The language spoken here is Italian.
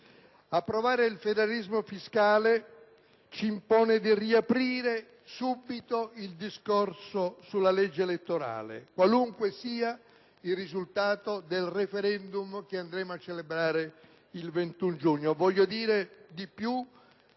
Approvare il federalismo fiscale ci impone di riaprire subito il discorso sulla legge elettorale, qualunque sia il risultato del *referendum* che andremo a celebrare il 21 giugno.